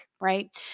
right